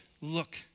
look